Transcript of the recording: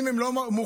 אם הם לא מוחרגים,